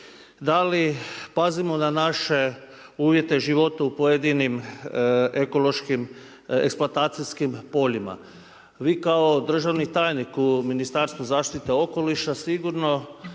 da li pazimo na naše uvijete života u pojedinim ekološkim, eksploatacijskim poljima? Vi kao državni tajnik u Ministarstvu zaštite okoliša, sigurno